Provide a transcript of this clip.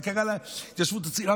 מה קרה להתיישבות הצעירה?